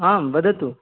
आं वदतु